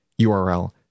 URL